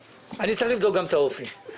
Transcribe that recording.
אני צריך לבדוק גם את האופי ...